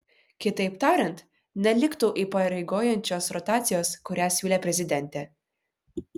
kitaip tariant neliktų įpareigojančios rotacijos kurią siūlė prezidentė